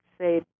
say